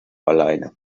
alleine